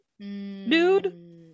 dude